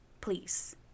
Please